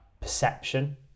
perception